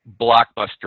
blockbuster